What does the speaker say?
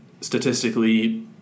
statistically